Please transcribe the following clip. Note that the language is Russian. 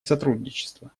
сотрудничества